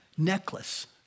Necklace